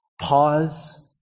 Pause